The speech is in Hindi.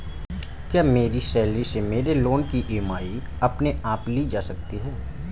क्या मेरी सैलरी से मेरे लोंन की ई.एम.आई अपने आप ली जा सकती है?